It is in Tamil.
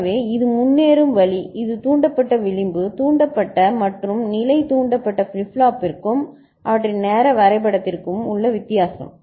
எனவே இது முன்னேறும் வழி இது தூண்டப்பட்ட விளிம்பு தூண்டப்பட்ட மற்றும் நிலை தூண்டப்பட்ட ஃபிளிப் ஃப்ளாப்பிற்கும் அவற்றின் நேர வரைபடத்திற்கும் உள்ள வித்தியாசம்